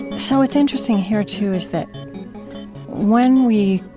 so it's interesting here too is that when we,